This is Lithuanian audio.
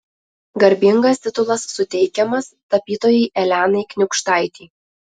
garbingas titulas suteikiamas tapytojai elenai kniūkštaitei